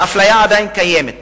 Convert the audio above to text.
האפליה עדיין קיימת.